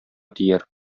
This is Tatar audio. тияр